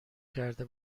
کرده